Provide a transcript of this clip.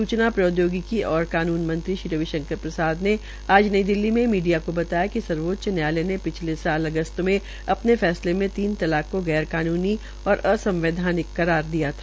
सूचना प्रौदयोगिकी और कानून मंत्री श्री रवि शंकर प्रसाद ने आज नई दिल्ली में मीडिया को बताया कि सर्वोच्च न्यायालय पिछले साल अगस्त में अपने फैसले में तीन तलाब को गैर कानूनी और असंवैधिक करार दिया था